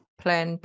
plan